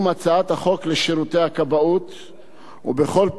ובכל פעם זה עלה בקריאה טרומית,